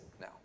now